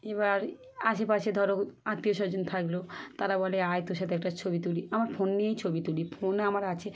এবার আশেপাশে ধরো আত্মীয় স্বজন থাকল তারা বলে আয় তোর সাথে একটা ছবি তুলি আমার ফোন নিয়েই ছবি তুলি ফোনে আমার আছে